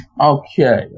Okay